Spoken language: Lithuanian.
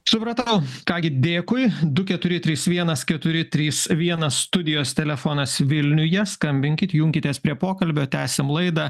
supratau ką gi dėkui du keturi trys vienas keturi trys vienas studijos telefonas vilniuje skambinkit junkitės prie pokalbio tęsiam laidą